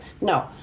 No